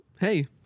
Hey